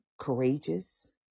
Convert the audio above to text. courageous